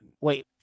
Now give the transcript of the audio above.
Wait